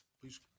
please